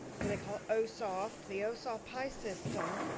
what they call osoft, the osoft pi system,